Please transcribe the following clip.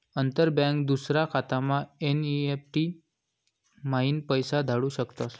अंतर बँक दूसरा खातामा एन.ई.एफ.टी म्हाईन पैसा धाडू शकस